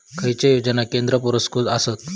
खैचे योजना केंद्र पुरस्कृत आसत?